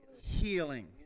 healing